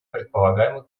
предполагаемых